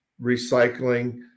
recycling